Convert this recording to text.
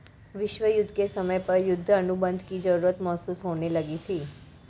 विश्व युद्ध के समय पर युद्ध अनुबंध की जरूरत महसूस होने लगी थी